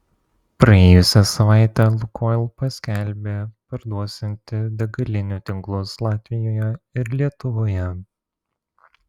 praėjusią savaitę lukoil paskelbė parduosianti degalinių tinklus latvijoje ir lietuvoje